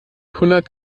hundert